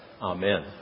Amen